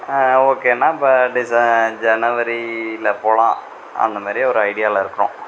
ஓகேனால் இப்போ டிச ஜனவரியில் போகலாம் அந்தமாரியே ஒரு ஐடியாவில் இருக்கோம்